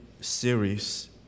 series